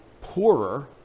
poorer